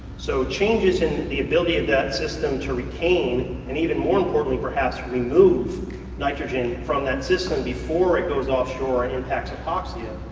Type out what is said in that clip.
so changes in the ability of that system to regain and even more importantly perhaps, remove nitrogen from that system before it goes off shore and impacts appoxia,